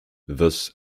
thus